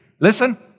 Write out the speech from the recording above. listen